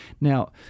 Now